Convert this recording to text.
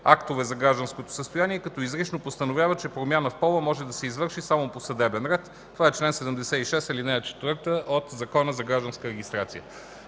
актове за гражданското състояние, като изрично постановява, че промяна в пола може да се извърши само по съдебен ред – това е чл. 76, ал. 4 от Закона за гражданската регистрация.